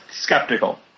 skeptical